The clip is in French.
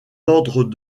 ordres